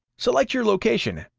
select your location,